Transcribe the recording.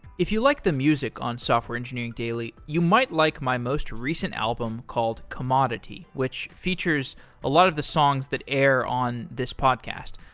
if you like the music on software engineering daily, you might like most recent album called commodity, which features a lot of the songs that air on this podcast.